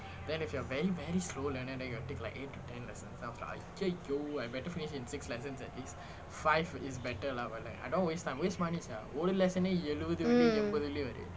mm